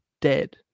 dead